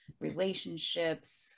relationships